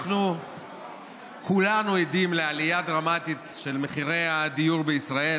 אנחנו כולנו עדים לעלייה דרמטית במחירי הדיור בישראל.